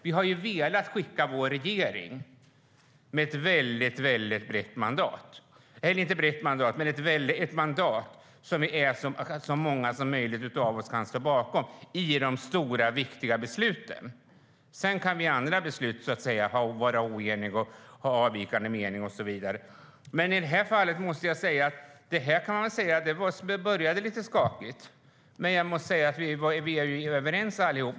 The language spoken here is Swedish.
Vi har velat skicka med vår regering ett mandat som så många som möjligt kan stå bakom i de stora, viktiga besluten. Sedan kan vi vara oeniga och ha avvikande meningar i andra beslut.I det här fallet började det lite skakigt, men vi var överens allihop.